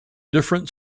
different